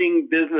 business